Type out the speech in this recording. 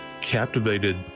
captivated